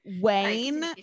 Wayne